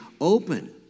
open